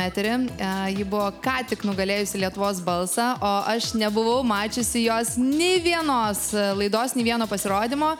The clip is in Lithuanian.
eterį ji buvo ką tik nugalėjusi lietuvos balsą o aš nebuvau mačiusi jos nei vienos laidos nei vieno pasirodymo